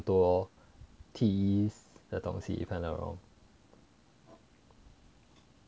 多的东西 if I'm not wrong